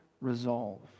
resolve